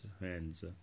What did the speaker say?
hands